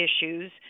issues